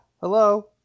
Hello